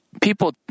People